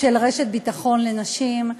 של רשת ביטחון לנשים,